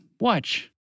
Watch